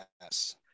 Yes